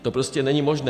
To prostě není možné.